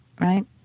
right